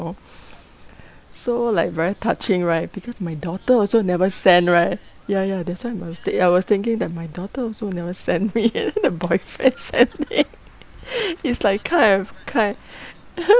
so like very touching right because my daughter also never send right ya ya that's why my w~ I was thinking that my daughter also never send me and then the boyfriend sent me it's like kind of kind